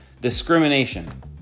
discrimination